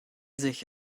sich